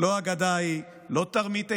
לא אגדה היא, לא תרמית עיניים.